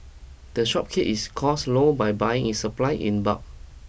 the shop keeps its costs low by buying its supply in bulk